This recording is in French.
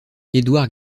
édouard